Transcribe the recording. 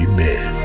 Amen